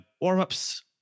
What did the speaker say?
warm-ups